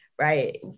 right